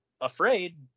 afraid